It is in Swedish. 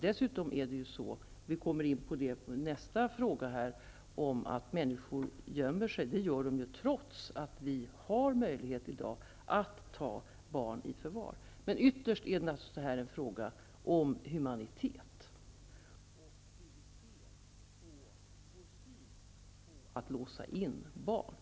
Dessutom är det så -- vilket vi kommer in på i nästa fråga --- att människor gömmer sig, trots att vi i dag har möjlighet att ta barn i förvar. Ytterst är det här naturligtvis en fråga om humanitet och hur vi ser på att man låser in barn.